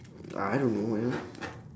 I don't know man